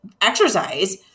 exercise